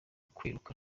kwiruka